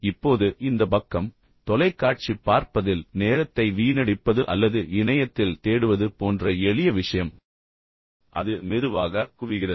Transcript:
இப்போது இந்த பக்கம் தொலைக்காட்சி பார்ப்பதில் நேரத்தை வீணடிப்பது அல்லது இணையத்தில் தேடுவது போன்ற எளிய விஷயம் அது மெதுவாக குவிகிறது